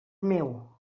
meu